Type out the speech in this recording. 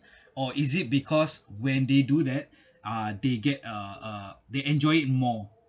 or is it because when they do that uh they get uh uh they enjoy it more